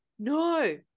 No